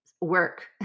work